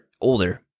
older